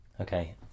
okay